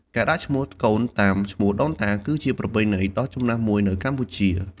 ការដាក់ឈ្មោះកូនតាមឈ្មោះដូនតា គឺជាប្រពៃណីដ៏ចំណាស់មួយនៅកម្ពុជា។